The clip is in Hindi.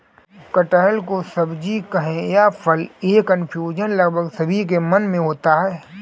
कटहल को सब्जी कहें या फल, यह कन्फ्यूजन लगभग सभी के मन में होता है